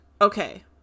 Okay